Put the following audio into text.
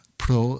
pro